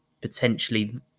potentially